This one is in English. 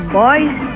boys